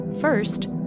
First